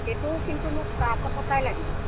সেইটো কিন্তু মোক টাবত থকাই লাগিব